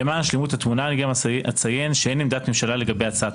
למען שלמות התמונה אני גם אציין שאין עמדת ממשלה לגבי הצעת